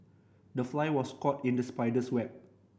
the fly was caught in the spider's web